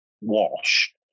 wash